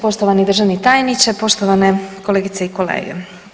Poštovani državni tajniče, poštovane kolegice i kolege.